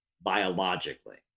biologically